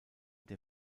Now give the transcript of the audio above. der